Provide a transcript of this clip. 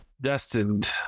destined